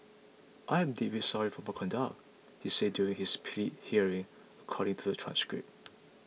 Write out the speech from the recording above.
I am deeply sorry for my conduct he said during his plea hearing according to a transcript